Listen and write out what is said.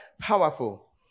Powerful